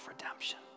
redemption